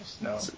No